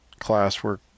classwork